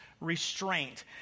restraint